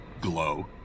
glow